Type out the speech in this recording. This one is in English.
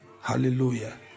hallelujah